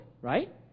right